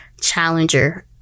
challenger